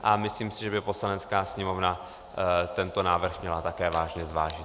A myslím si, že by Poslanecká sněmovna tento návrh měla také vážně zvážit.